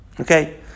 okay